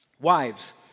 Wives